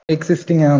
Existing